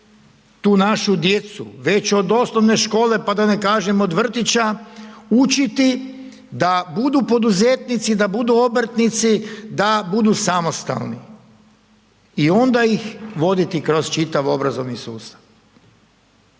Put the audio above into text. tu našu djecu već od osnovne škole, pa da ne kažem od vrtića učiti da budu poduzetnici, da budu obrtnici, da budu samostalni i onda ih voditi kroz čitav obrazovni sustav,